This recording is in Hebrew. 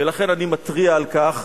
ולכן אני מתריע על כך,